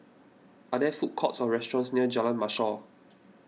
are there food courts or restaurants near Jalan Mashor